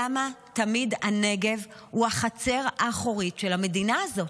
למה תמיד הנגב הוא החצר האחורית של המדינה הזאת?